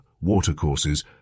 watercourses